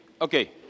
okay